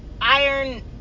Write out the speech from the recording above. Iron